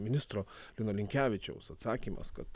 ministro lino linkevičiaus atsakymas kad